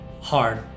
hard